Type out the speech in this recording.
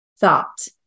thought